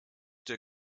der